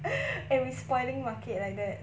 eh we spoiling market like that